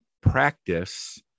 practice